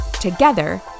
Together